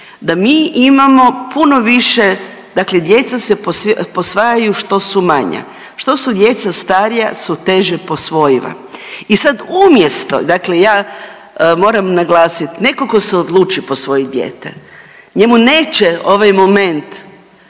da mi imamo puno više dakle, djeca se posvajaju što su manja. Što su djeca starija su teže posvojiva i sad umjesto dakle ja moram naglasiti, netko tko se odluči posvojiti dijete, njemu neće ovaj moment